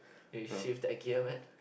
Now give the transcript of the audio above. you shift a gear man